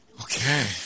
Okay